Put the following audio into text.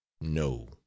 no